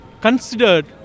considered